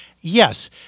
yes